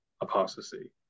apostasy